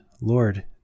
Lord